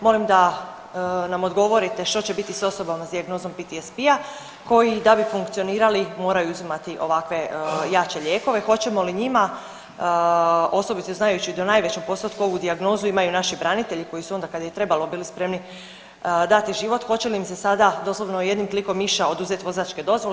Molim da nam odgovorite što će biti s osobama s dijagnozom PTSP-a koji, da bi funkcionirali, moraju uzimati ovakve jače lijekove, hoćemo li njima osobito znajući da u najvećem postotku ovu dijagnozu imaju naši branitelji koji su onda kad je trebalo, biti spremni dati život, hoće li im se sada doslovno jednim klikom miša oduzeti vozačke dozvole?